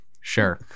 Sure